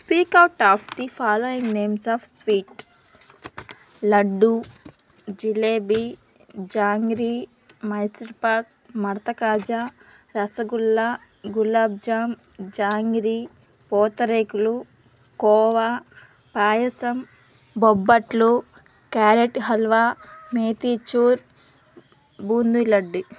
speak out of the following names of sweet laddu jalebi jangri Mysore pak madatha kaja rasgulla gulab jam jangri pootharekulu khoa payasam bobbatlu carrot halwa motichoor boondi laddu